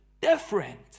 different